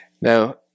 Now